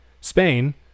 Spain